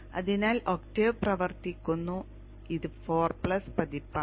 അതിനാൽ ഒക്ടേവ് പ്രവർത്തിക്കുന്നു ഇത് ഫോർ പ്ലസ് പതിപ്പ് ആണ്